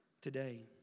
today